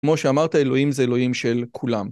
כמו שאמרת אלוהים זה אלוהים של כולם